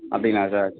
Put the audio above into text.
அப்படிங்களா சார்